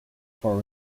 for